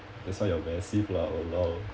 that's why you're massive lah !walao!